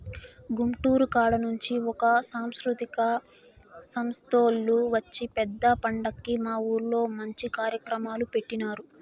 గుంటూరు కాడ నుంచి ఒక సాంస్కృతిక సంస్తోల్లు వచ్చి పెద్ద పండక్కి మా ఊర్లో మంచి కార్యక్రమాలు పెట్టినారు